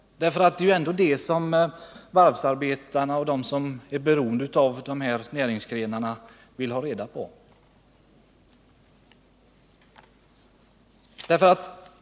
Det är det som varvsarbetarna och de andra som är beroende av dessa näringsgrenar vill ha reda på.